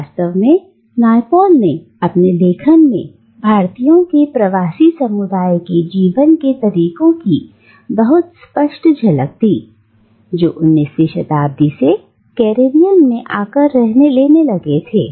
वास्तव में नायपॉल ने अपने लेखन में भारतीयों के प्रवासी समुदाय के जीवन के तरीकों की बहुत स्पष्ट झलक दी जो 19वीं शताब्दी से कैरेबियन में आकार लेने लगे थे